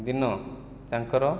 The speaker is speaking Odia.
ଦିନ ତାଙ୍କର